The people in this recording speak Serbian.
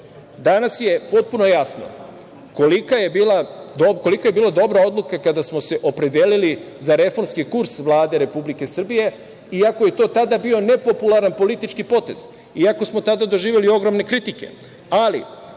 Danas je potpuno jasno koliko je bila dobra odluka kada smo se opredelili za reformski kurs Vlade Republike Srbije iako je to tada bio nepopularan politički potez, iako smo tada doživeli ogromne kritike,